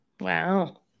wow